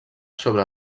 sobre